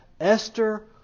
Esther